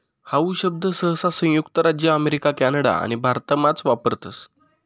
how शब्द सहसा संयुक्त राज्य अमेरिका कॅनडा आणि भारतमाच वापरतस